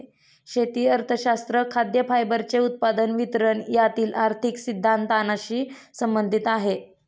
शेती अर्थशास्त्र खाद्य, फायबरचे उत्पादन, वितरण यातील आर्थिक सिद्धांतानशी संबंधित आहे